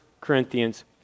Corinthians